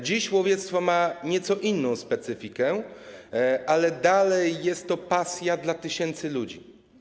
Dziś łowiectwo ma nieco inną specyfikę, ale dalej jest to pasja dla tysięcy ludzi.